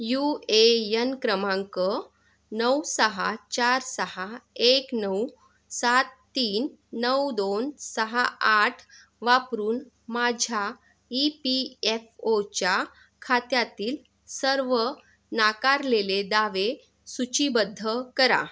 you A N क्रमांक नऊ सहा चार सहा एक नऊ सात तीन नऊ दोन सहा आठ वापरून माझ्या ई पी एफ ओच्या खात्यातील सर्व नाकारलेले दावे सूचीबद्ध करा